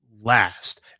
last